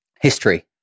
history